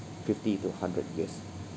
fifty to hundred years